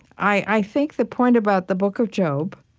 i think the point about the book of job